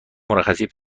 مرخصی